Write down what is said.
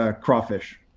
crawfish